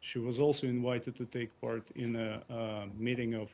she was also invited to take part in a meeting of